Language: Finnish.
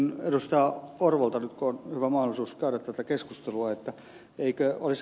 orpolta nyt kun on hyvä mahdollisuus käydä tätä keskustelua